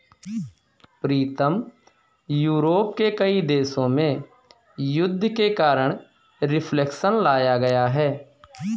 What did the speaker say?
प्रीतम Europe के कई देशों में युद्ध के कारण रिफ्लेक्शन लाया गया है